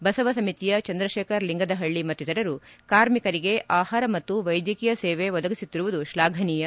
ಬಸವ ಸಮಿತಿಯ ಚಂದ್ರಶೇಖರ್ ಲಿಂಗದಹಳ್ಳಿ ಮತ್ತಿತರರು ಕಾರ್ಮಿಕರಿಗೆ ಆಹಾರ ಮತ್ತು ವೈದ್ಯಕೀಯ ಸೇವೆ ಒದಗಿಸುತ್ತಿರುವುದು ಶ್ಲಾಘನೀಯ